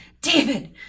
David